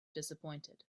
disappointed